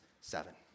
seven